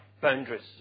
boundaries